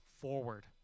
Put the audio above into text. forward